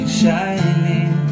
shining